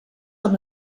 amb